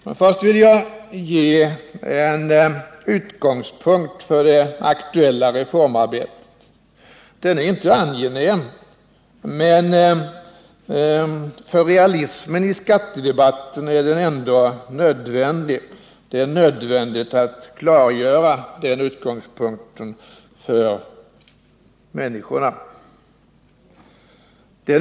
Men först vill jag ge en utgångspunkt för det aktuella reformarbetet. Det är inte angenämt, men för realismen i skattedebatten är det ändå nödvändigt att klargöra den utgångspunkten för människorna.